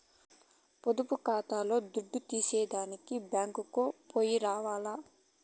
పొదుపు కాతాల్ల దుడ్డు తీసేదానికి బ్యేంకుకో పొయ్యి రావాల్ల